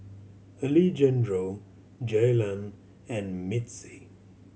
Alejandro Jaylan and Mitzi